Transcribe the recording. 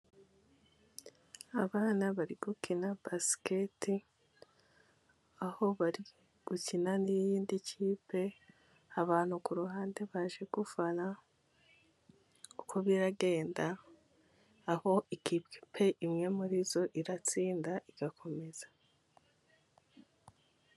Abana bari gukina basikete, aho bari gukina n'iyindi kipe, abantu k'uruhande baje gufana uko biragenda, aho ikipe imwe muri zo iratsinda igakomeza.